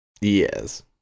yes